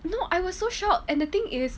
you know I was so shocked and the thing is